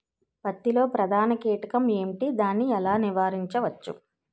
పత్తి లో ప్రధాన కీటకం ఎంటి? దాని ఎలా నీవారించచ్చు?